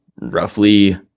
roughly